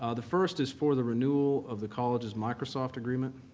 ah the first is for the renewal of the college's microsoft agreement.